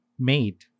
Made